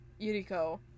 Yuriko